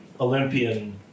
Olympian